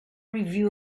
review